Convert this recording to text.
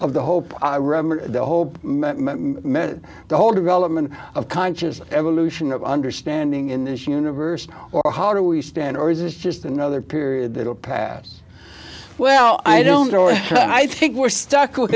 of the hope the hope the whole development of conscious evolution of understanding in this universe or how do we stand or is this just another period that will pass well i don't know it but i think we're stuck with